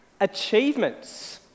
achievements